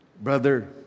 Brother